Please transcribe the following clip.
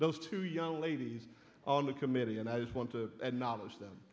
those two young ladies on the committee and i just want to knowledge them